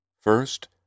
First